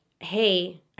hey